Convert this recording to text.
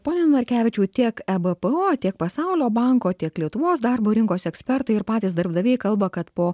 pone norkevičiau tiek ebpo tiek pasaulio banko tiek lietuvos darbo rinkos ekspertai ir patys darbdaviai kalba kad po